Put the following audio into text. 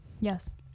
yes